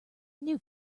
new